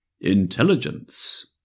intelligence